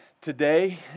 today